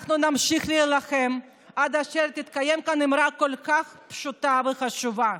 אנחנו נמשיך להילחם עד אשר תתקיים כאן אמרה כל כך פשוטה וחשובה: